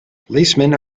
policemen